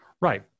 Right